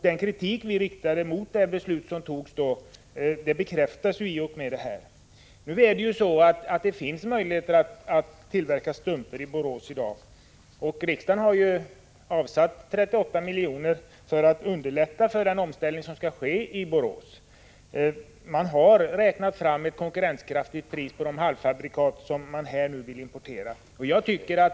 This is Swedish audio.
Den kritik som vi riktade mot det beslut som togs bekräftas i och med detta besked. Det finns ju möjligheter att tillverka strumpor i Borås i dag. Riksdagen har avsatt 38 milj.kr. för att underlätta den omställning som skall ske i Borås. Man har räknat fram ett konkurrenskraftigt pris på de halvfabrikat som skall importeras.